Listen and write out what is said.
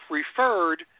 referred